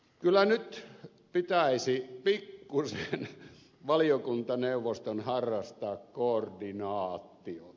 kyllä nyt pitäisi pikkuisen valiokuntaneuvoston harrastaa koordinaatiota